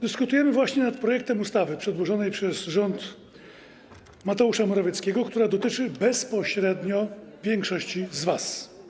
Dyskutujemy właśnie nad projektem ustawy przedłożonej przez rząd Mateusza Morawieckiego, która dotyczy bezpośrednio większości z was.